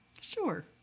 Sure